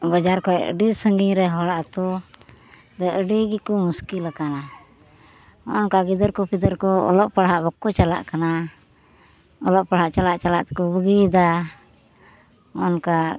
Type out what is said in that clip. ᱵᱟᱡᱟᱨ ᱠᱷᱚᱡ ᱟᱹᱰᱤ ᱥᱟᱺᱜᱤᱧᱨᱮ ᱦᱚᱲᱟᱜ ᱟᱛᱳ ᱨᱮ ᱟᱹᱰᱤᱜᱮ ᱠᱚ ᱢᱩᱥᱠᱤᱞ ᱟᱠᱟᱱᱟ ᱦᱚᱜᱼᱚᱱᱠᱟ ᱜᱤᱫᱟᱹᱨ ᱠᱚ ᱯᱤᱫᱟᱹᱨ ᱠᱚ ᱚᱞᱚᱜ ᱯᱟᱲᱦᱟᱜ ᱵᱟᱠᱚ ᱪᱟᱞᱟᱜ ᱠᱟᱱᱟ ᱚᱞᱚᱜ ᱯᱟᱲᱦᱟᱜ ᱪᱟᱞᱟᱜ ᱪᱟᱞᱟᱜᱛᱮ ᱠᱚ ᱵᱟᱹᱜᱤᱭᱮᱫᱟ ᱦᱚᱜᱼᱚᱱᱠᱟ